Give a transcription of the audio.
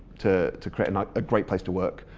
to to create and a great place to work,